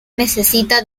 necesita